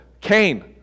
Cain